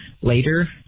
later